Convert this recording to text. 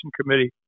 committee